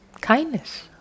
Kindness